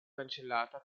cancellata